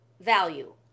value